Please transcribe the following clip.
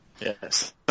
Yes